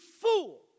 fool